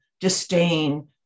disdain